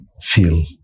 feel